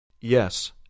Yes